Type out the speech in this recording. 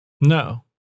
No